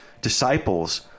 disciples